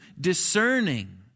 discerning